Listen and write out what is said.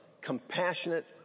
compassionate